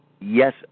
Yes